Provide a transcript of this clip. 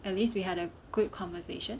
at least we had a good conversation